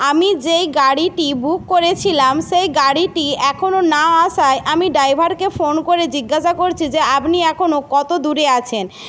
আমি যেই গাড়িটি বুক করেছিলাম সেই গাড়িটি এখনও না আসায় আমি ডাইভারকে ফোন করে জিজ্ঞাসা করছি যে আপনি এখনও কত দূরে আছেন